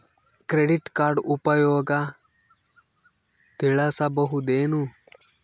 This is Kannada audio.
ಕ್ರೆಡಿಟ್ ಕಾರ್ಡ್ ಉಪಯೋಗ ತಿಳಸಬಹುದೇನು?